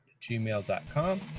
gmail.com